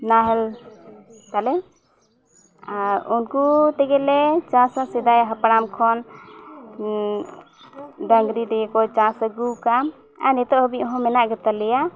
ᱱᱟᱦᱮᱞ ᱛᱟᱞᱮ ᱟᱨ ᱩᱱᱠᱩ ᱛᱮᱜᱮᱞᱮ ᱪᱟᱥᱼᱟ ᱥᱮᱫᱟᱭ ᱦᱟᱯᱲᱟᱢ ᱠᱷᱚᱱ ᱟᱨ ᱰᱟᱝᱨᱤ ᱛᱮᱜᱮ ᱠᱚ ᱪᱟᱥ ᱟᱹᱜᱩ ᱟᱠᱟᱫᱟ ᱟᱨ ᱱᱤᱛᱚᱜ ᱦᱟᱹᱵᱤᱡ ᱦᱚᱸ ᱢᱮᱱᱟᱜ ᱜᱮᱛᱟᱞᱮᱭᱟ